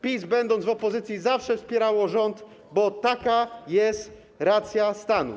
PiS, będąc w opozycji, zawsze wspierało rząd, bo taka jest racja stanu.